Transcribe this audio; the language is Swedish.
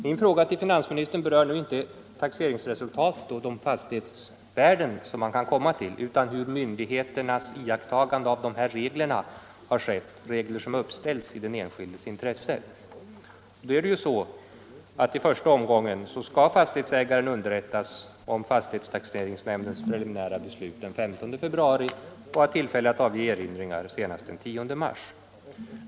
Min fråga till finansministern berör nu inte taxeringsresultatet och de fastighetsvärden som man kan komma till utan hur myndigheterna har iakttagit dessa regler, som uppställts i den enskildes intresse. I första omgången skall fastighetsägaren underrättas om fastighetstaxeringsnämndens preliminära beslut den 15 februari och ha tillfälle att avge erinringar senast den 10 mars.